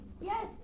yes